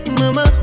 mama